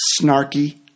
snarky